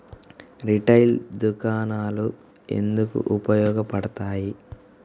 Retail దుకాణాలు ఎందుకు ఉపయోగ పడతాయి?